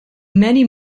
many